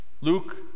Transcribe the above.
Luke